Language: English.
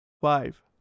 five